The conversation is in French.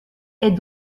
est